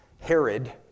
Herod